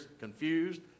confused